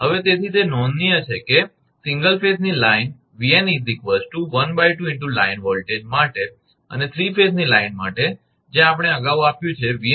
હવે તેથી તે નોંધનીય છે કે એક ફેઝ ની લાઇન 𝑉𝑛 ½ × 𝑙𝑖𝑛𝑒 𝑣𝑜𝑙𝑡𝑎𝑔𝑒 માટે અને 3 ફેઝ ની લાઇન માટે જે આપણે અગાઉ આપ્યું છે 𝑉𝑛 1√3 × 𝑙𝑖𝑛𝑒 𝑣𝑜𝑙𝑡𝑎𝑔𝑒